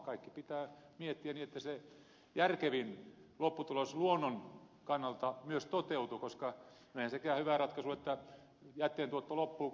kaikki pitää miettiä niin että se järkevin lopputulos luonnon kannalta myös toteutuu koska eihän sekään hyvä ratkaisu ole että jätteentuotto loppuu kun loppuu koko homma